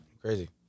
crazy